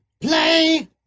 play